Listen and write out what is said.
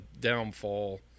downfall